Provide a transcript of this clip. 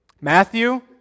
Matthew